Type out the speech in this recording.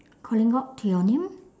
calling out to your name